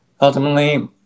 ultimately